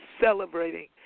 celebrating